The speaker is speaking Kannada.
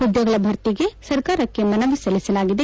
ಹುದ್ದೆಗಳ ಭರ್ತಿಗೆ ಸರ್ಕಾರಕ್ಕೆ ಮನವಿ ಸಲ್ಲಿಸಲಾಗಿದೆ